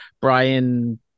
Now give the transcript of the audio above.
Brian